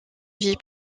vie